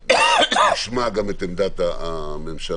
נשמע גם את עמדת הממשלה.